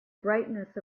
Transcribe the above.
brightness